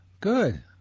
Good